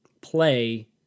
play